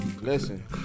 listen